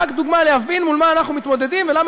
רק דוגמה להבין מול מה אנחנו מתמודדים ולמה